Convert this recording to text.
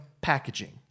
packaging